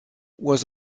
was